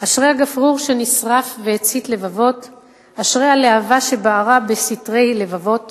"אשרי הגפרור שנשרף והצית לבבות / אשרי הלהבה שבערה בסתרי לבבות /